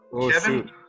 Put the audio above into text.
Kevin